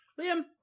Liam